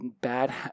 bad